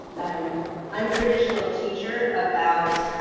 an untraditional teacher about